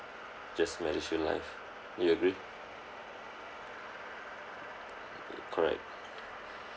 just MediShield life you agree mm correct